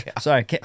Sorry